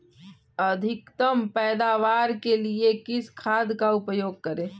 अधिकतम पैदावार के लिए किस खाद का उपयोग करें?